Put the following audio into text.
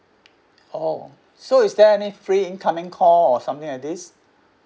oh so is there any free incoming call or something like this